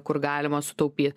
kur galima sutaupyt